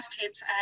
tapes